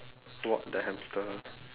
walk the hamster